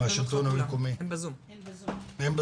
מהשלטון המקומי --- כולם נוכחים,